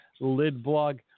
lidblog